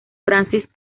francis